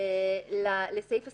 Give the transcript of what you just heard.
לסעיף 24,